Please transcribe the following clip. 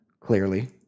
clearly